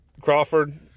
Crawford